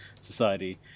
Society